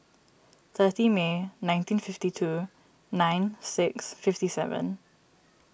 thirty May nineteen fifty two nine six fifty seven